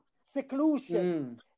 seclusion